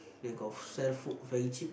they got sell food very cheap